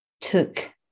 took